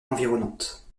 environnantes